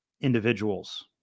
individuals